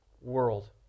world